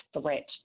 threat